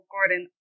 Gordon